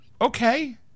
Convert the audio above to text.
Okay